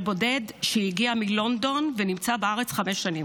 בודד שהגיע מלונדון ונמצא בארץ חמש שנים.